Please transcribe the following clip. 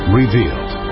revealed